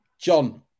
John